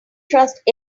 trust